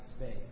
faith